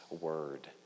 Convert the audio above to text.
word